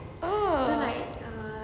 oh